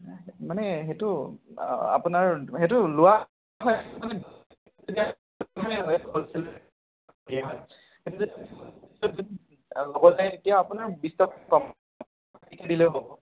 মানে সেইটো আপোনাৰ সেইটো লোৱা হয় আপোনাৰ বিশ টকা দিলেও হ'ব